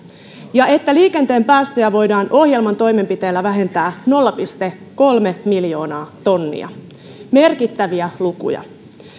ja että liikenteen päästöjä voidaan ohjelman toimenpiteillä vähentää nolla pilkku kolme miljoonaa tonnia merkittäviä lukuja